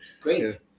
Great